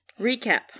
Recap